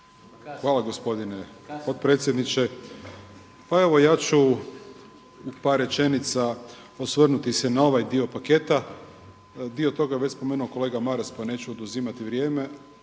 Hvala gospodine potpredsjedniče. Pa evo ja ću u par rečenica osvrnuti se na ovaj dio paketa. Dio toga već je spomenuo kolega Maras pa neću oduzimati vrijeme.